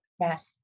yes